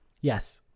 yes